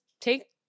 take